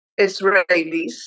Israelis